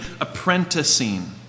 apprenticing